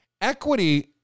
Equity